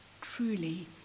truly